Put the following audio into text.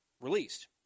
released